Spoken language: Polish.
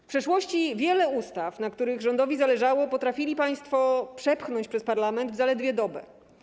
W przeszłości wiele ustaw, na których rządowi zależało, potrafili państwo przepchnąć przez parlament w czasie zaledwie doby.